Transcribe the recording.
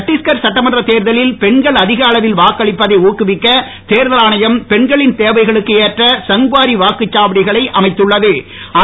சட்டீஷ்கர் சட்டமன்றத் தேர்தலில் பெண்கள் அதிகஅளவில் வாக்களிப்பதை மாக்குவிக்க தேர்தல் ஆணையம் பெண்களின் தேவைகளுக்கு ஏற்ற சங்வாரி வாக்குச்சாவடிகளை அமைத்துள்ள து